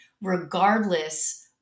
regardless